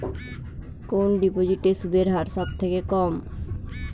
কোন ডিপোজিটে সুদের হার সবথেকে কম?